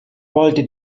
ballte